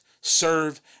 serve